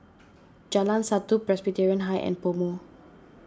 Jalan Satu Presbyterian High and PoMo